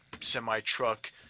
semi-truck